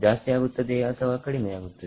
ಜಾಸ್ತಿಯಾಗುತ್ತದೆಯೇ ಅಥವಾ ಕಡಿಮೆಯಾಗುತ್ತದೆ